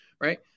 right